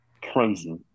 Crazy